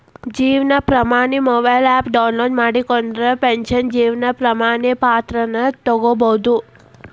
Jeevan Pramaan mobile app download ಮಾಡ್ಕೊಂಡ್ರ pension Jeevan Pramaan ಪತ್ರಾನ ತೊಕ್ಕೊಬೋದು